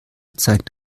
zeigt